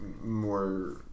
more